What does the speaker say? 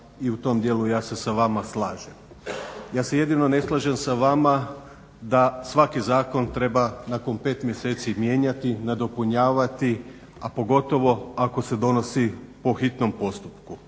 i u tom djelu ja se sa vama slažem. Ja se jedino ne slažem sa vama da svaki zakon treba nakon 5 mjeseci mijenjati, nadopunjavati, a pogotovo ako se donosi po hitnom postupku.